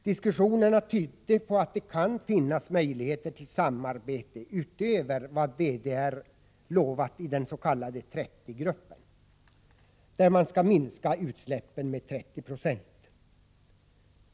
Diskussionerna tydde på att det kan finnas möjligheter till samarbete utöver vad DDR lovat i den s.k. 30-gruppen, där man skall minska utsläppen med 30 96.